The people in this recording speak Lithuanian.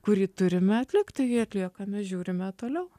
kurį turime atlikti jį atliekame žiūrime toliau